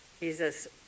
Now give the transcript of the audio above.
Jesus